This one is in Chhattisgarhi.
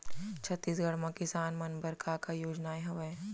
छत्तीसगढ़ म किसान मन बर का का योजनाएं हवय?